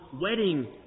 wedding